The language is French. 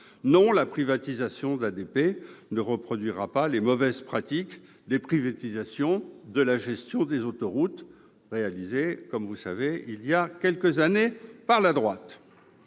Non, la privatisation d'ADP ne reproduira pas les mauvaises pratiques de la privatisation de la gestion des autoroutes, qui a été engagée, il y a quelques années, par la droite.